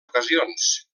ocasions